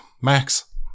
Max